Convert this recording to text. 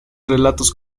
relatos